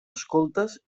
escoltes